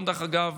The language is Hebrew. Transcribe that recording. דרך אגב,